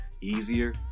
easier